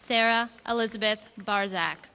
sarah elizabeth bars a